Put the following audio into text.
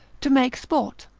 to make sport,